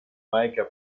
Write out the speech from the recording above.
maker